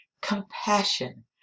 compassion